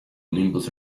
nimbus